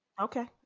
Okay